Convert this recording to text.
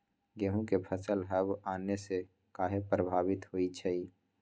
गेंहू के फसल हव आने से काहे पभवित होई छई?